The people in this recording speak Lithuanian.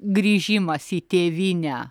grįžimas į tėvynę